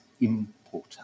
importer